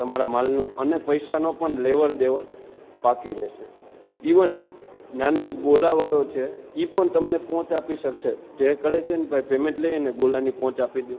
તમારા માલનું અને પૈસાનો પણ લેવડદેવડ પાકી રહેશે ઈવન નાનો ગોલાવાળો છે એ પણ તમને પહોંચ આપી શકશે જે કરે છેને ભાઈ પેમેન્ટ લઈ અને ગોલાની પહોંચ આપી દ્યો